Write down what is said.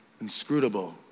Inscrutable